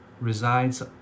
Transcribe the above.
resides